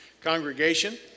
Congregation